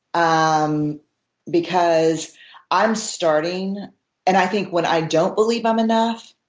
i'm because i'm starting and i think when i don't believe i'm enough,